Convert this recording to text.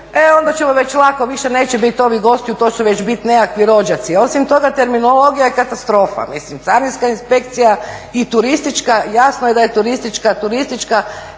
e onda ćemo već lako, više neće biti ovih gostiju, to će već biti nekakvi rođaci. Osim toga terminologija je katastrofa, mislim, carinska inspekcija i turistička. Jasno je da je turistička turistička,